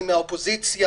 אני מהאופוזיציה,